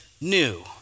new